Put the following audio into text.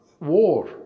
war